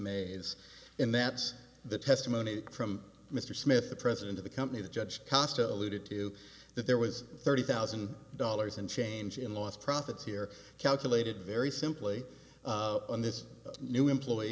maze and that's the testimony from mr smith the president of the company the judge cost alluded to that there was thirty thousand dollars in change in lost profits here calculated very simply on this new employee